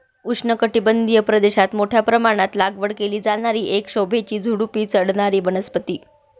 उष्णकटिबंधीय प्रदेशात मोठ्या प्रमाणात लागवड केली जाणारी एक शोभेची झुडुपी चढणारी वनस्पती